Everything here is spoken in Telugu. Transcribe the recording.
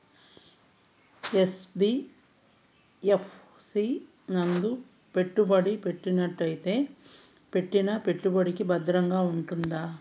యన్.బి.యఫ్.సి నందు పెట్టుబడి పెట్టినట్టయితే పెట్టిన పెట్టుబడికి భద్రంగా ఉంటుందా?